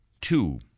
two